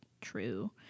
true